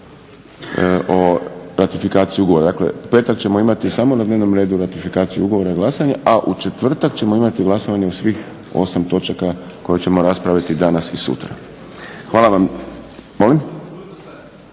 o ratifikaciji ugovora. Dakle, u petak ćemo imati samo na dnevnom redu ratifikaciju ugovora i glasovanje, a u četvrtak ćemo imati glasovanje o svih 8 točaka koje ćemo raspraviti danas i sutra. Hvala vam. …